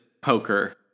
poker